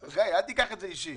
גיא, אל תיקח את זה אישית.